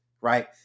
Right